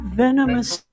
venomous